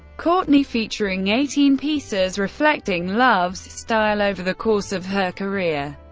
courtney, featuring eighteen pieces reflecting love's style over the course of her career.